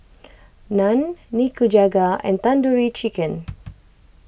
Naan Nikujaga and Tandoori Chicken